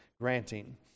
granting